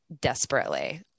desperately